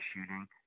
shooting